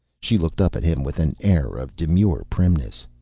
she looked up at him with an air of demure primness.